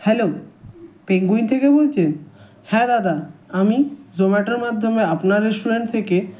hello penguin থেকে বলছেন হ্যাঁ দাদা আমি জোম্যাটোর মাধ্যমে আপনার রেস্টুরেন্ট থেকে